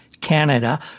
Canada